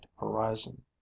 horizon